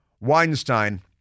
Weinstein